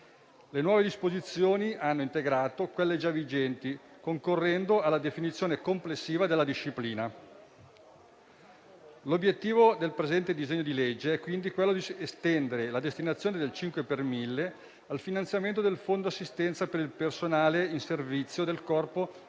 Le nuove disposizioni hanno integrato quelle già vigenti concorrendo alla definizione complessiva della disciplina. L'obiettivo del presente disegno di legge è, quindi, di estendere la destinazione del 5 per mille al finanziamento del fondo assistenza per il personale in servizio del Corpo della